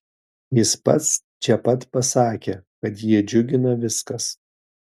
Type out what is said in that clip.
jis pats čia pat pasakė kad jį džiugina viskas